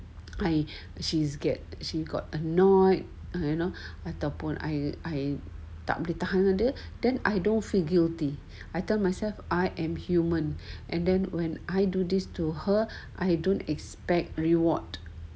I she's get she got annoyed her you know ataupun you know I tak boleh tahan dengan dia then I don't feel guilty I am human and then when I do this to her I don't expect reward